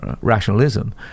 rationalism